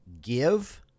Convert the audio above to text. give